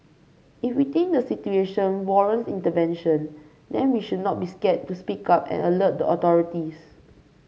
if we think the situation warrants intervention then we should not be scared to speak up and alert the authorities